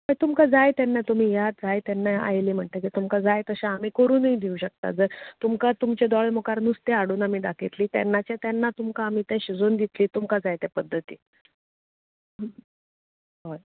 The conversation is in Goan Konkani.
बरें तुमकां जाय तेन्ना तुमी येयात जाय तेन्ना आयली म्हणटगीर तुमकां जाय तशें आमी करूनय दिवं शकता जर तुमकां तुमच्या दोळ्या मुखार नुस्तें हाडून आमी दाखयतली तेन्नाचें तेन्ना तुमकां आमी तें शिजवोन दितलीं तुमकां जाय त्या पद्दतीन हय